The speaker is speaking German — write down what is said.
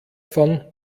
von